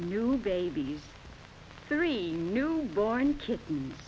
new baby three new born kitten